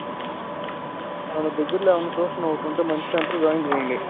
ఏమన్నా దగ్గరలో ఏమన్నా ట్యూషన్ ఒకటి ఉంటే మంచి సెంటర్ జాయిన్ చేయండి